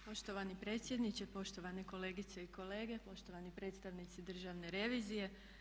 Poštovani predsjedniče, poštovane kolegice i kolege, poštovani predstavnici Državne revizije.